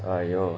!aiyo!